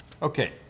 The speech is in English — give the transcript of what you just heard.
Okay